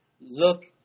look